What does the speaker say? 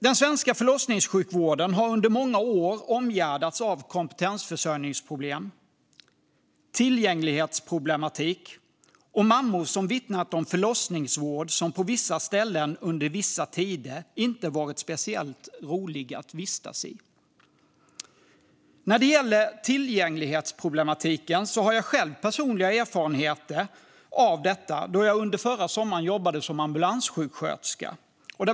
Den svenska förlossningssjukvården har under många år omgärdats av kompetensförsörjningsproblem, tillgänglighetsproblematik och mammor som vittnat om förlossningsvård som på vissa ställen under vissa tider inte varit speciellt rolig att vistas i. När det gäller tillgänglighetsproblematiken har jag personliga erfarenheter av detta, då jag under förra sommaren jobbade som ambulanssjuksköterska.